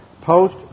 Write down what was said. post